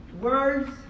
Words